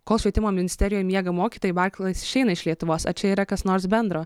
kol švietimo ministerijoje miega mokytojai barklais išeina iš lietuvos ar čia yra kas nors bendro